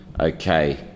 okay